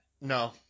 No